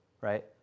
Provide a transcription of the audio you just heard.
right